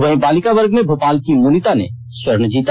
वहीं बालिका वर्ग में भोपाल की मुनिता ने स्वर्ण जीता